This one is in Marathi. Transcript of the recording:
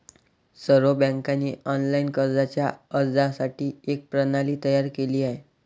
सर्व बँकांनी ऑनलाइन कर्जाच्या अर्जासाठी एक प्रणाली तयार केली आहे